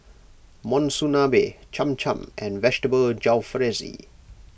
Monsunabe Cham Cham and Vegetable Jalfrezi